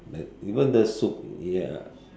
like even the sup~ ya